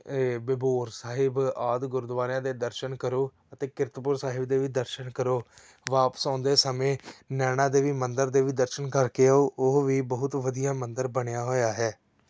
ਬਿਬੋਰ ਸਾਹਿਬ ਆਦਿ ਗੁਰਦੁਆਰਿਆਂ ਦੇ ਦਰਸ਼ਨ ਕਰੋ ਅਤੇ ਕੀਰਤਪੁਰ ਸਾਹਿਬ ਦੇ ਵੀ ਦਰਸ਼ਨ ਕਰੋ ਵਾਪਸ ਆਉਂਦੇ ਸਮੇਂ ਨੈਣਾ ਦੇਵੀ ਮੰਦਰ ਦੇ ਵੀ ਦਰਸ਼ਨ ਕਰਕੇ ਆਉ ਉਹ ਵੀ ਬਹੁਤ ਵਧੀਆ ਮੰਦਰ ਬਣਿਆ ਹੋਇਆ ਹੈ